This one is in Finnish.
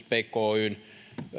peikko oyn